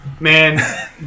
Man